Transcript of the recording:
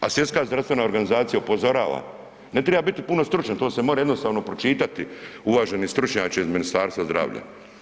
A Svjetska zdravstvena organizacija upozorava, ne triba biti puno stručan to se može jednostavno pročitati uvaženi stručnjače iz Ministarstva zdravlja.